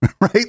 right